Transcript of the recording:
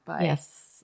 Yes